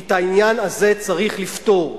כי את העניין הזה צריך לפתור.